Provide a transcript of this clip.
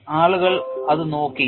ആളുകൾ അത് നോക്കി